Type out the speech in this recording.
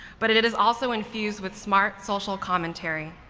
but it it is also infused with smart social commentary.